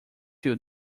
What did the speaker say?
few